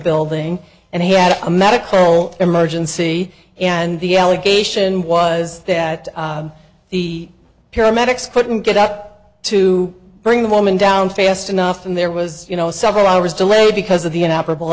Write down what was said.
building and he had a medical emergency and the allegation was that the paramedics couldn't get out to bring the woman down fast enough and there was you know several hours delayed because of the